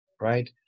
right